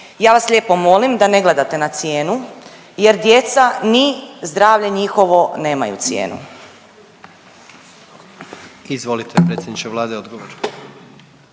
Ja vas lijepo molim da ne gledate na cijenu jer djeca ni zdravlje njihovo nemaju cijenu.